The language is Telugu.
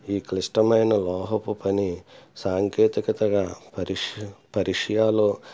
ఈ క్లిష్టమైన లోహపు పని సాంకేతికతగా పరి పరిష్యాలో